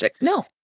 No